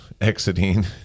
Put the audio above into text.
exiting